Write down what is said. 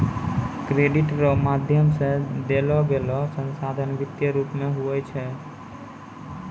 credit रो माध्यम से देलोगेलो संसाधन वित्तीय रूप मे हुवै छै